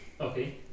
Okay